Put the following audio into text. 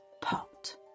pot